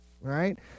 right